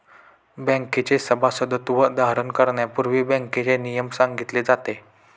बँकेचे सभासदत्व धारण करण्यापूर्वी बँकेचे नियमन सांगितले जाते